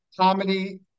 comedy